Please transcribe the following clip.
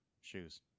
shoes